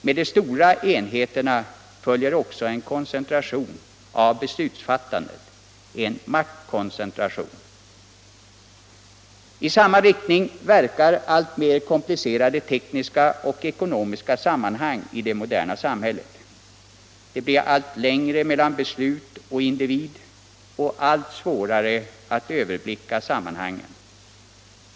Med de stora enheterna följer också en koncentration av beslutsfattandet — en maktkoncentration. I samma riktning verkar alltmer komplicerade tekniska och ekonomiska sammanhang i det moderna samhället. Det blir allt längre mellan beslut och individ och allt svårare att överblicka sammanhangen.